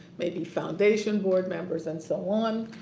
maybe foundation, board members and so on.